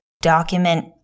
document